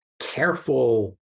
careful